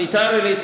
ביתר-עילית,